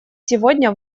сегодня